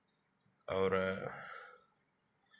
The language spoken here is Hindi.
और